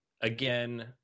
again